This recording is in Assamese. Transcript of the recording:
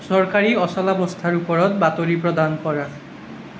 চৰকাৰী অচলাৱস্থাৰ ওপৰত বাতৰি প্ৰদান কৰা